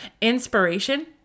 inspiration